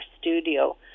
studio